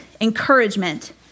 encouragement